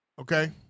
okay